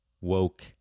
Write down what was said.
woke